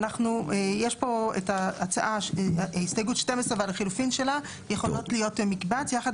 יש כאן הסתייגות 12 ואת ה-לחילופין שלה והן יכולות להיות מקבץ יחד